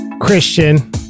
Christian